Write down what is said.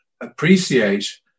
appreciate